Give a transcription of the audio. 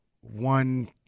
one